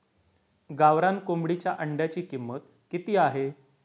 गावरान कोंबडीच्या अंड्याची किंमत किती आहे?